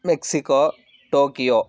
Mexico Tokyo